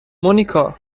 مونیکا